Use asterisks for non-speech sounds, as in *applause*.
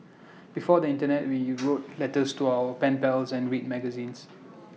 before the Internet we *noise* wrote letters to our pen pals and read magazines